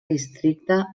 districte